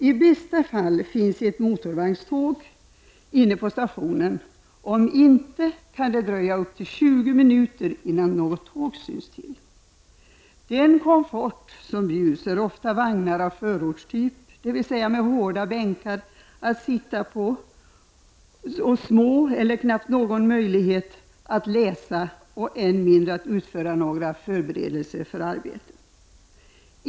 I bästa fall finns ett motorvagnståg inne på stationen. Om inte, kan det dröja upp till 20 minuter innan något tåg syns till. Den komfort som bjuds är ofta vagnar av förortstyp, dvs. med hårda bänkar att sitta på och små eller knappt några möjligheter att läsa, än mindre att utföra några förberedelser för arbete.